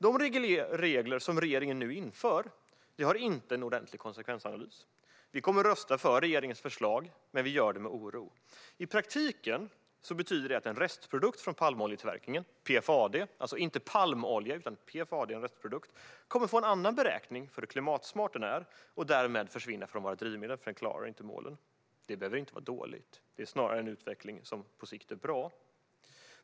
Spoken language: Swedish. Det finns ingen ordentlig konsekvensanalys för de regler regeringen nu inför. Vi kommer att rösta för regeringens förslag, men vi gör det med oro. I praktiken betyder det att en restprodukt från palmoljetillverkningen, PFAD - det är alltså inte palmolja, utan en restprodukt - kommer att få en annan beräkning när det gäller hur klimatsmart den är och därmed försvinna från våra drivmedel eftersom den inte klarar målen. Det behöver inte vara dåligt; det är snarare en utveckling som på sikt är bra.